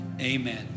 amen